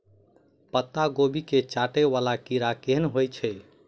पत्ता कोबी केँ चाटय वला कीड़ा केहन होइ छै?